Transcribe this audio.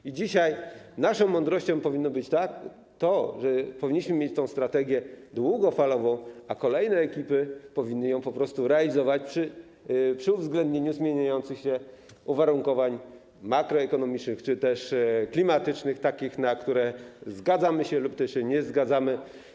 I dzisiaj naszą mądrością powinno być to, że powinniśmy mieć tę strategię długofalową, a kolejne ekipy powinny ją po prostu realizować przy uwzględnieniu zmieniających się uwarunkowań makroekonomicznych czy też klimatycznych, takich warunków, na jakie się zgadzamy lub też nie zgadzamy.